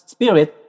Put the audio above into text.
Spirit